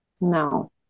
No